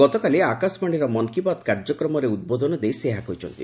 ଗତକାଲି ଆକାଶବାଣୀର ମନ୍ କୀ ବାତ୍ କାର୍ଯ୍ୟକ୍ରମରେ ଉଦ୍ବୋଧନ ଦେଇ ସେ ଏହା କହିଛନ୍ତି